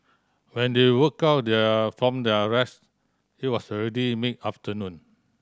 when they woke up their from their rest it was already mid afternoon